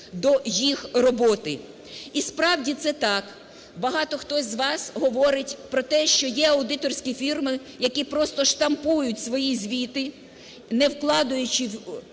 І справді, це так. Багато хто з вас говорить про те, що є аудиторські фірми, які просто штампують свої звіти, не вкладаючи в